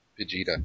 Vegeta